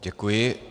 Děkuji.